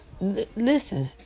Listen